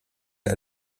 der